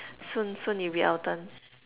soon soon it'll be our turn